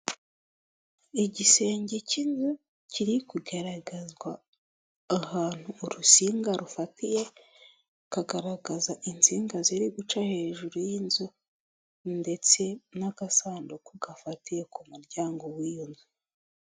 Igisenge cy'inzu kiri kugaragazwa ahantu urusinga rufatiye rukagaragaza insinga ziri guca hejuru y'inzu ndetse n'agasanduku gafatiye ku muryango w'iyo nzu.